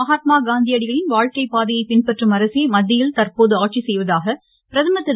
மகாத்மா காந்தியடிகளின் வாழ்க்கை பாதையை பின்பற்றும் அரசே மத்தியில் தற்போது ஆட்சி செய்வதாக பிரதமர் திரு